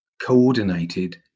coordinated